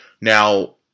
Now